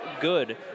good